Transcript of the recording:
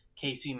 Casey